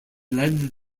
led